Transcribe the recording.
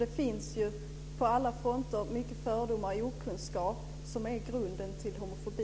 Det finns på alla fronter mycket fördomar och okunskap. Det är också grunden till homofobi.